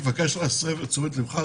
אני מבקש להסב את תשומת ליבך,